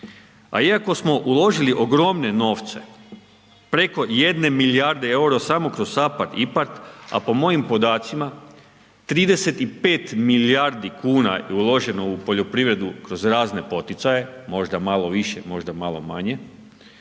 A iako smo uložili ogromne novce preko 1 milijarde eura samo kroz SAPARD IPARD a po mojim podacima, 35 milijardi kuna je uloženo u poljoprivredu kroz razne poticaje, možda malo više, možda malo manje,